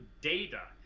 data